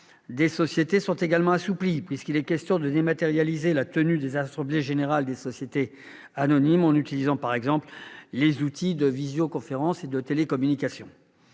des sociétés sont également assouplies, puisqu'il est question de dématérialiser la tenue des assemblées générales des sociétés anonymes, en utilisant par exemple les outils de visioconférence et de télécommunication.